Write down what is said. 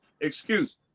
excuse